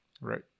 right